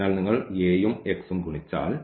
അതിനാൽ നിങ്ങൾ ഈ A യും x ഉം ഗുണിച്ചാൽ